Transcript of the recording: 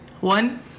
One